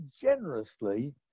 generously